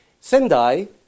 Sendai